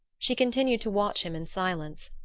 she continued to watch him in silence.